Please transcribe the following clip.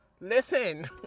listen